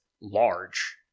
large